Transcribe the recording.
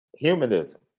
humanism